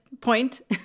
point